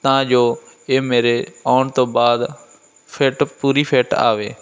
ਤਾਂ ਜੋ ਇਹ ਮੇਰੇ ਆਉਣ ਤੋਂ ਬਾਅਦ ਫਿਟ ਪੂਰੀ ਫਿਟ ਆਵੇ